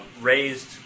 raised